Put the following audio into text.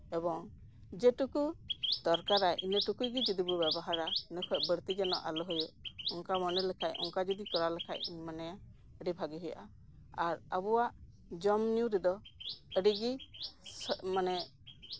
ᱮᱵᱚᱝ ᱡᱮᱴᱩᱠᱩ ᱫᱚᱨᱠᱟᱨᱟ ᱤᱱᱟᱹ ᱴᱩᱠᱩ ᱜᱮ ᱡᱚᱫᱤ ᱵᱚᱱ ᱵᱮᱵᱚᱦᱟᱨᱟ ᱤᱱᱟᱹ ᱠᱷᱚᱡ ᱵᱟᱹᱲᱛᱤ ᱡᱮᱱᱚ ᱟᱞᱚ ᱦᱩᱭᱩᱜ ᱚᱱᱠᱟ ᱢᱚᱱᱮ ᱞᱮᱠᱷᱟᱡ ᱚᱱᱠᱟ ᱜᱮ ᱡᱚᱫᱤ ᱠᱚᱨᱟᱣ ᱞᱮᱠᱷᱟᱡ ᱢᱟᱱᱮ ᱟᱹᱰᱤ ᱵᱷᱟᱜᱮ ᱦᱩᱭᱩᱜᱼᱟ ᱟᱨ ᱟᱵᱚᱣᱟᱜ ᱡᱚᱢ ᱧᱩ ᱨᱮᱫᱚ ᱟᱹᱰᱤ ᱜᱮ ᱢᱟᱱᱮ